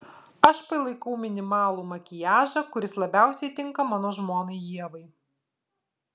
aš palaikau minimalų makiažą kuris labiausiai tinka mano žmonai ievai